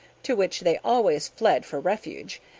to which they always fled for refuge,